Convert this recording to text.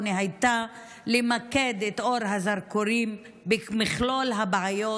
הייתה למקד את אור הזרקורים במכלול הבעיות